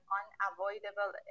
unavoidable